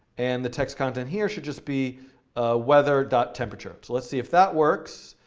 and the text content here should just be weather temperature. so let's see if that works.